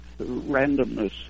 Randomness